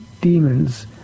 demons